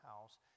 house